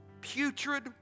putrid